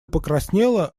покраснела